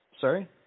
sorry